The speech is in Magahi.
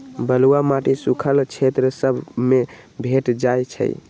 बलुआ माटी सुख्खल क्षेत्र सभ में भेंट जाइ छइ